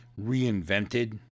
reinvented